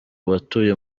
batuye